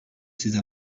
ces